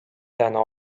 tänu